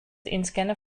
inscannen